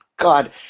god